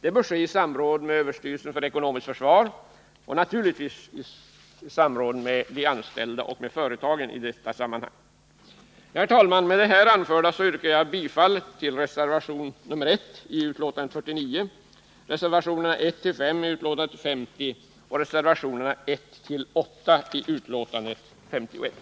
Det bör ske i samråd med överstyrelsen för ekonomiskt försvar och naturligtvis i samråd med de anställda och företagen på detta område. Herr talman! Med det anförda yrkar jag bifall till reservationen till betänkandet nr 49, till reservationerna 1-5 till betänkandet nr 50 och till reservationerna 1-8 till betänkandet nr 51.